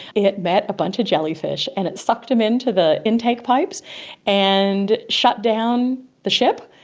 it met a bunch of jellyfish and it sucked them into the intake pipes and shut down the ship,